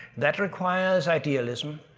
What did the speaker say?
that requires idealism,